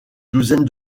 douzaine